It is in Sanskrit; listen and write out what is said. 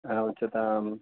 हा उच्यतां